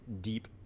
deep